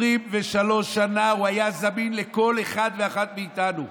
23 שנה הוא היה זמין לכל אחד ואחת מאיתנו,